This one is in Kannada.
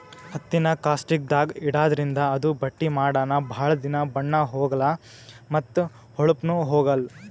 ಹತ್ತಿನಾ ಕಾಸ್ಟಿಕ್ದಾಗ್ ಇಡಾದ್ರಿಂದ ಅದು ಬಟ್ಟಿ ಮಾಡನ ಭಾಳ್ ದಿನಾ ಬಣ್ಣಾ ಹೋಗಲಾ ಮತ್ತ್ ಹೋಳಪ್ನು ಹೋಗಲ್